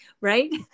right